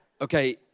Okay